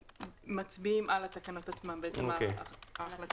מצביעים על התקנות עצמן ועצם ההחלטה.